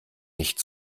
nicht